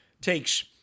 takes